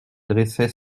dressait